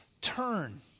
turn